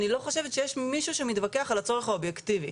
אני לא חושבת שיש מישהו שמתווכח על הצורך האובייקטיבי.